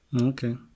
Okay